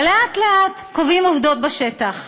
ולאט-לאט קובעים עובדות בשטח.